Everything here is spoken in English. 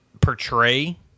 portray